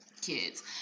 kids